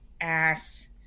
ass